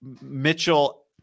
Mitchell